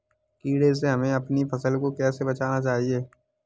कीड़े से हमें अपनी फसल को कैसे बचाना चाहिए?